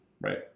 Right